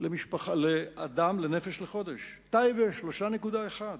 לנפש לחודש, טייבה, 3.1,